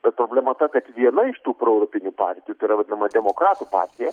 bet problema ta kad viena iš tų proeuropinių partijų tai yra vadinama demokratų partija